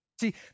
See